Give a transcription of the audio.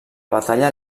batalla